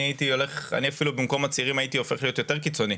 אני אפילו במקום הצעירים הייתי הופך להיות יותר קיצוני.